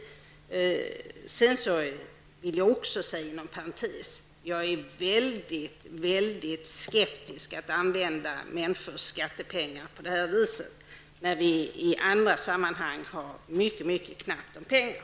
Inom parentes vill jag dessutom säga att jag är synnerligen skeptisk till att människors skattepengar används på det här viset. I andra sammanhang är det ju mycket knappt om pengar.